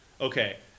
okay